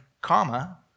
comma